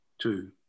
Two